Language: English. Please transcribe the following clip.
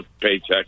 paycheck